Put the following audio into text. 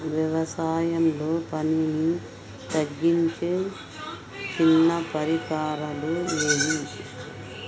వ్యవసాయంలో పనిని తగ్గించే చిన్న పరికరాలు ఏవి?